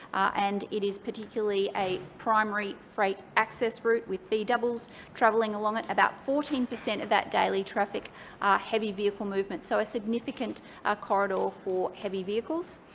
and it is particularly a primary freight access route with b-doubles travelling along it. about fourteen percent of that daily traffic are heavy vehicle movements, so a significant ah corridor for heavy vehicles.